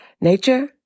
nature